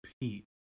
Pete